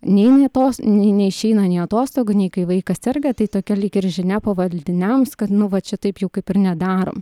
neini atos neišeina nei atostogų nei kai vaikas serga tai tokia lyg ir žinia pavaldiniams kad nu va čia taip jau kaip ir nedarom